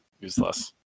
useless